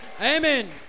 Amen